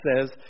says